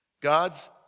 God's